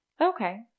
Okay